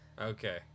okay